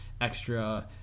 extra